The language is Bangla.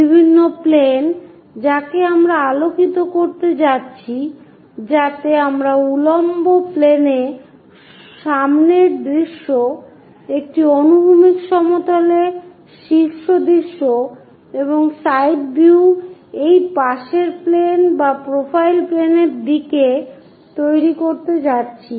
বিভিন্ন প্লেন আমরা যাকে আলোকিত করতে যাচ্ছি যাতে আমরা উল্লম্ব প্লেনে সামনের দৃশ্য একটি অনুভূমিক সমতলে শীর্ষ দৃশ্য এবং সাইড ভিউ এই পাশের প্লেন বা প্রোফাইল প্লেনের দিকে তৈরি করতে যাচ্ছি